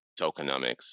tokenomics